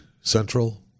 Central